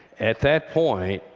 at that point,